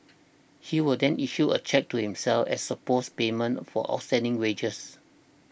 he will then issue a cheque to himself as supposed payment for outstanding wages